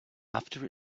after